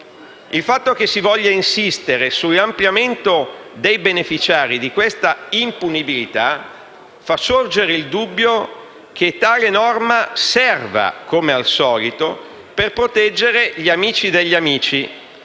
Il fatto che si voglia insistere sull'ampliamento dei beneficiari di questa impunibilità fa sorgere il dubbio che tale norma serva, come al solito, per proteggere «gli amici degli amici»,